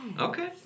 Okay